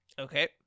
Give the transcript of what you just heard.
Okay